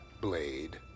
blade